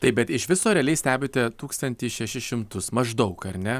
taip bet iš viso realiai stebite tūkstantį šešis šimtus maždaug ar ne